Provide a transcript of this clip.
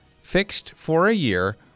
fixed-for-a-year